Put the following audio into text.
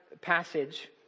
passage